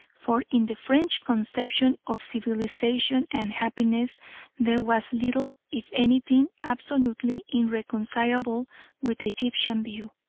for in the french conception of civilisation and happiness there was little if anything absolutely irreconcilable with the egyptian view.